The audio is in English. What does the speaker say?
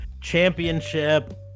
championship